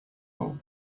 bowl